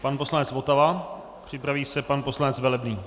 Pan poslanec Votava, připraví se pan poslanec Velebný.